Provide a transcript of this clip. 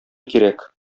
кирәк